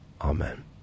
Amen